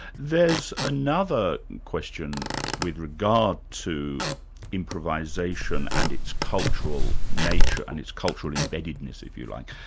there's another question with regard to improvisation and its cultural nature and it's cultural embeddedness, if you like,